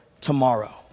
tomorrow